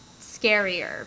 scarier